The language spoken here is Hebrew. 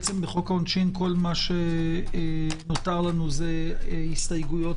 בו כל מה שנותר לנו זה הנמקת הסתייגויות